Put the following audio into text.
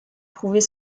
prouver